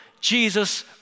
Jesus